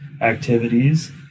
activities